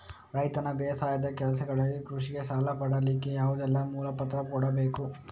ರೈತನು ಬೇಸಾಯದ ಕೆಲಸಗಳಿಗೆ, ಕೃಷಿಗೆ ಸಾಲ ಪಡಿಲಿಕ್ಕೆ ಯಾವುದೆಲ್ಲ ಮೂಲ ಪತ್ರ ಕೊಡ್ಬೇಕು?